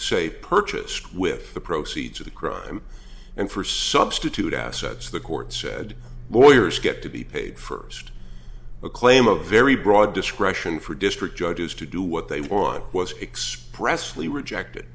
say purchased with the proceeds of the crime and for substitute assets the court said lawyers get to be paid first a claim of very broad discretion for district judges to do what they want was expressly rejected